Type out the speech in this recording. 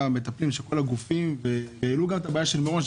המטפלים בכל הגופים והעלו גם את הבעיה של מירון,